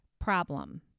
problem